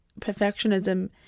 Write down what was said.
perfectionism